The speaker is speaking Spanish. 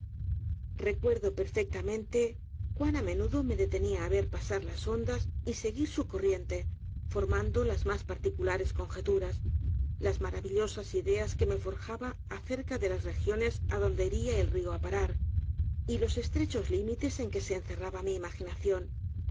recuerdo perfectamente cuan á menudo me detenia á ver pasar las ondas y seguir su corriente formando las mas particulares conjeturas las maravillosas ideas que me fprjaba acerca de las regiones adonde iria el rio á parar y los estrechos límites en que se encerraba mi imaginación